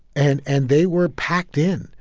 and and they were packed in